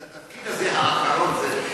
התפקיד הזה של האחרון.